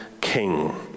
king